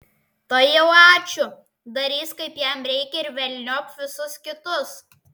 tai jau ačiū darys kaip jam reikia ir velniop visus kitus